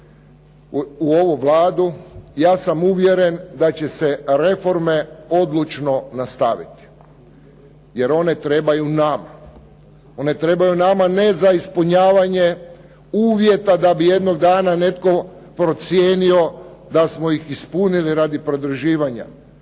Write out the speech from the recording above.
u ovu Vladu ja sam uvjeren da će se reforme odlučno nastaviti, jer one trebaju nama. One trebaju nama ne za ispunjavanje uvjeta da bi jednog dana netko procijenio da smo ih ispunili radi produživanja.